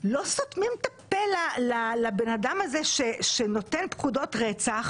לא סותמים את הפה לבן אדם הזה שנותן פקודות רצח